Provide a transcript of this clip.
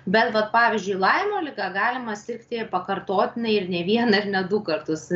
bet vat pavyzdžiui laimo liga galima sirgti pakartotinai ir ne vieną ir ne du kartus